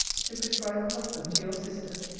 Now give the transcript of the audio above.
to prescribe a husband to your sister?